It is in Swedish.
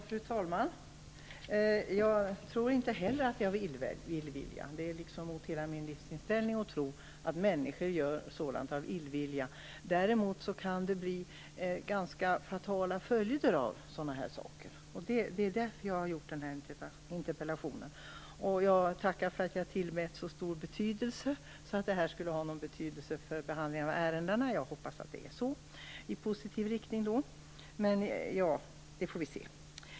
Fru talman! Jag tror inte heller att det är av illvilja. Det är liksom mot hela min livsinställning att tro att människor gör sådant av illvilja. Däremot kan det bli ganska fatala följder av sådana här saker. Det är därför jag har ställt den här interpellationen. Jag tackar för att jag tillmäts så stor betydelse, att jag skulle ha någon inverkan på ärendena. Jag hoppas att det är så, i positiv riktning. Men det får vi se.